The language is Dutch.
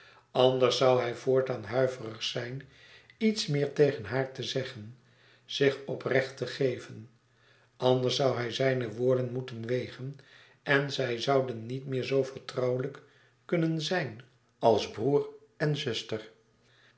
anders zoû hij voortaan huiverig zijn iets meer tegen haar te zeggen zich oprecht te geven anders zoû hij zijne woorden moeten wegen en zij zouden niet meer zoo vertrouwelijk kunnen zijn als broêr en zuster